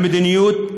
המדיניות,